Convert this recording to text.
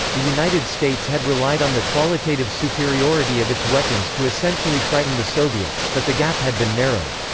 the united states had relied on the qualitative superiority of its weapons to essentially frighten the soviets, but the gap had been narrowed.